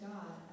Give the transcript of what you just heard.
God